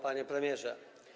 Panie Premierze!